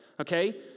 Okay